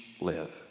live